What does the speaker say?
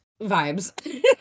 vibes